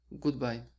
goodbye